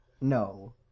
No